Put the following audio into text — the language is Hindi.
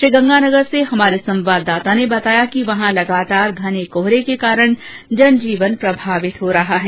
श्रीगंगानगर से हमारे संवाददाता ने बताया कि वहां लगातार घने कोहरे के कारण जन जीवन प्रभावित हो रहा है